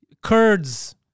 Kurds